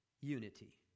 Unity